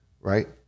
right